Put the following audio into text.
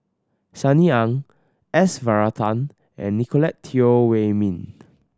Sunny Ang S Varathan and Nicolette Teo Wei Min